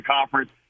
conference